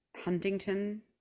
Huntington